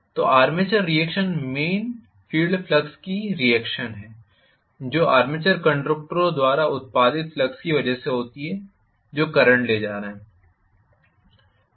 तो armature reaction main field flux की reaction है जो आर्मेचर कंडक्टरों द्वारा उत्पादित फ्लक्स की वजह से होती है जो करंट ले जा रहे हैं